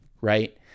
right